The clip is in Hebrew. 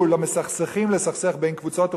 למסכסכים לסכסך בין קבוצות אוכלוסיות,